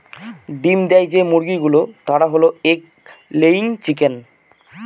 ডিম দেয় যে মুরগি গুলো তারা হল এগ লেয়িং চিকেন